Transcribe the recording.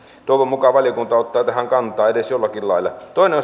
toivon mukaan valiokunta ottaa tähän kantaa edes jollakin lailla toinen